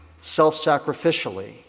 self-sacrificially